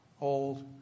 old